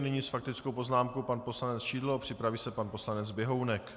Nyní s faktickou poznámkou pan poslanec Šidlo, připraví se pan poslanec Běhounek.